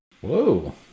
Whoa